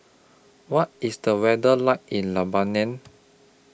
What IS The weather like in Lebanon